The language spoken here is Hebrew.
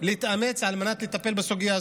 יתאמצו על מנת לטפל בסוגיה.